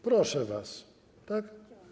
Proszę was, tak?